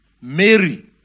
Mary